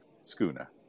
schooner